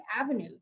avenue